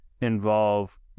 involve